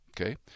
Okay